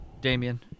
Damien